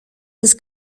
des